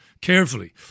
carefully